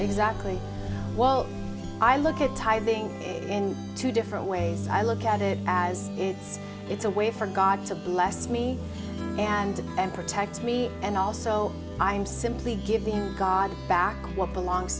exactly while i look at typing in two different ways i look at it as if it's a way for god to bless me and and protect me and also i'm simply giving god back what belongs